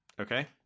Okay